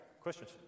questions